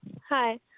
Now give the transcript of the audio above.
Hi